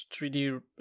3D